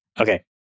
Okay